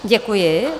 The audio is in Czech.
Děkuji.